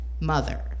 mother